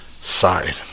side